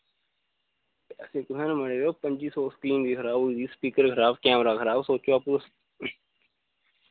पैसे कुत्थै न मते यरो पंजी सौ स्क्रीन बी खराब होई दी स्पीकर खराब कैमरा खराब सोचो आप्पू तुस